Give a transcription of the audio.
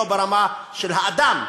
לא ברמה של האדם,